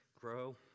grow